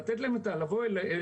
לתת להם את זה לבוא אליהם,